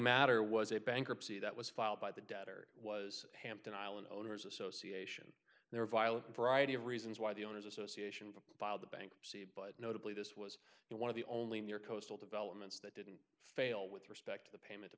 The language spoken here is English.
matter was a bankruptcy that was filed by the debtor was hampton island owners association their violent variety of reasons why the owners association filed the bankruptcy but notably this was one of the only near coastal developments that didn't fail with respect to the payment